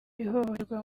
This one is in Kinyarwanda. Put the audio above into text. ihohoterwa